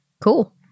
Cool